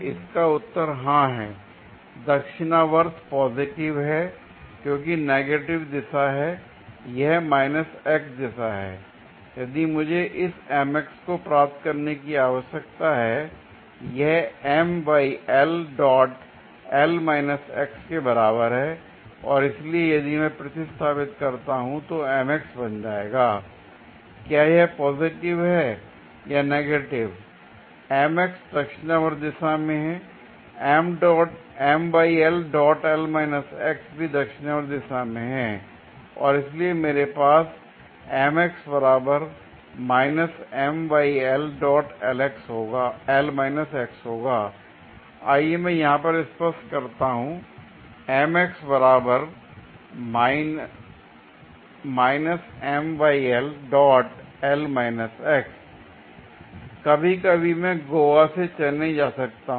इसका उत्तर हां है दक्षिणावर्त पॉजिटिव है क्योंकि नेगेटिव दिशा है यह x दिशा है l यदि मुझे इस को प्राप्त करने की आवश्यकता है यह के बराबर है और इसलिए यदि मैं प्रतिस्थापित करता हूं तो बन जाएगा क्या यह पॉजिटिव है या नेगेटिव दक्षिणावर्त दिशा में हैं भी दक्षिणावर्त दिशा में है l और इसलिए मेरे पास होगा l आइए मैं यहां पर यह स्पष्ट करता हूं l कभी कभी मैं गोवा से चेन्नई जा सकता हूं